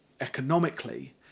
economically